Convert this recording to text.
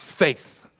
faith